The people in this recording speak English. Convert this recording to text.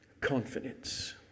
confidence